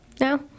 no